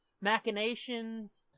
machinations